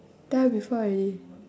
tell you before already